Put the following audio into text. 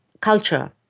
culture